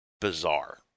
bizarre